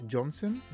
Johnson